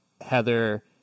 Heather